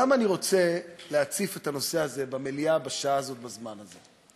למה אני רוצה להציף את הנושא הזה במליאה בשעה הזאת בזמן הזה?